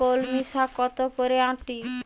কলমি শাখ কত করে আঁটি?